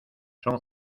son